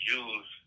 use